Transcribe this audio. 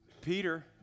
Peter